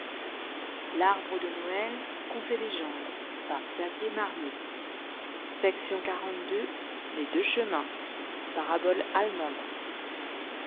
les deux chemins parabole allemande